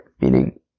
meaning